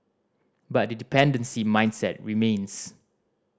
but the dependency mindset remains